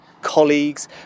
colleagues